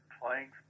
playing